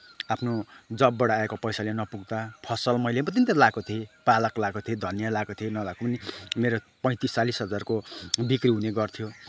आफ्नो जबबाट आएको पैसाले नपुग्दा फसल मैले पनि त लगाएको थिएँ पालक लगाएको थिएँ धनियाँ लगाएको थिएँ नभएको पनि मेरो पैँतिस चालिस हजारको बिक्री हुनेगर्थ्यो